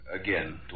again